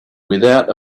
without